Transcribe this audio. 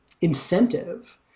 incentive